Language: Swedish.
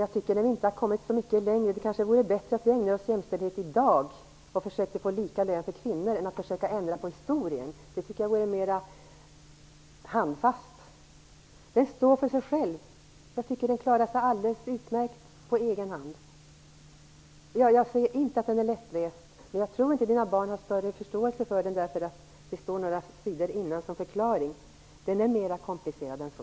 Jag tycker inte att vi har kommit så mycket längre. Det kanske vore bättre att ägna sig åt jämställdhet i dag och försökte få lika lön för kvinnor och män än att försöka ändra på historien. Det tycker jag vore mera handfast. Bibeln står för sig själv. Jag tycker att den klarar sig alldeles utmärkt som den är. Jag säger inte att Bibeln är lättläst, men jag tror inte att våra barn har större förståelse för den därför att det står en förklaring på några sidor. Den är mera komplicerad än så.